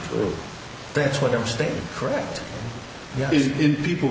on that's what i'm staying correct in people